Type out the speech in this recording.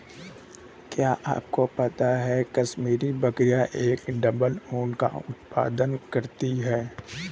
क्या आपको पता है कश्मीरी बकरियां एक डबल ऊन का उत्पादन करती हैं?